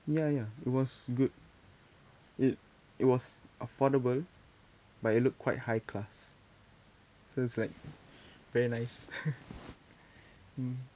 ya ya it was good it it was affordable but it look quite high class so it's like very nice mm